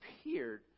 appeared